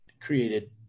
created